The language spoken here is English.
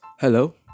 Hello